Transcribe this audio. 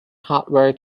hardware